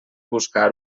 buscar